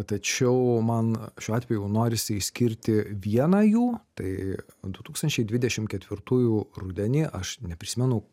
tačiau man šiuo atveju norisi išskirti vieną jų tai du tūkstančiai dvidešim ketvirtųjų rudenį aš neprisimenu